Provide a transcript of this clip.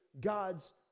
God's